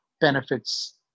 benefits